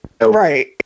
Right